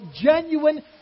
genuine